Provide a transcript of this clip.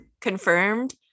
confirmed